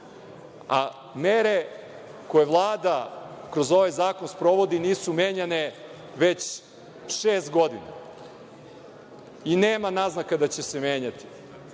a mere koje Vlada kroz ovaj zakon sprovodi nisu menjane već šest godina i nema naznaka da će se menjati. Ono